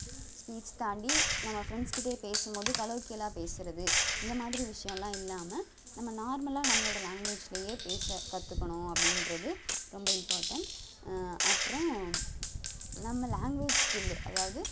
speech தாண்டி நம்ம ஃப்ரெண்ட்ஸுக்கிட்டேயே பேசும் போது கலோக்கியலாக பேசுகிறது இந்த மாதிரி விஷயோம்லாம் இல்லாமல் நம்ம நார்மலாக நம்மளோடய லாங்குவேஜ்லேயே பேச கற்றுக்கணும் அப்படீன்றது ரொம்ப இம்பார்ட்டெண்ட் அப்புறம் நம்ம லாங்குவேஜ் ஸ்கில்லு அதாவது